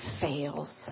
fails